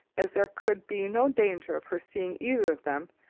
as there could be no danger of her seeing either of them,